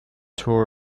tour